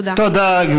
תודה.